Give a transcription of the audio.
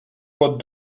pot